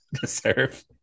deserve